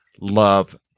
love